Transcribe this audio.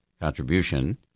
contribution